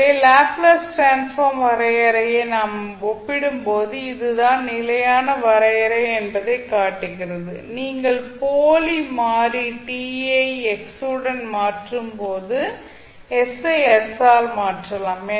ஆகவே Laplace transform வரையறையை நாம் ஒப்பிடும்போது இது தான் நிலையான வரையறை என்பதைக் காட்டுகிறது நீங்கள் போலி மாறி t ஐ x உடன் மாற்றும்போது s ஐ s ஆல் மாற்றலாம்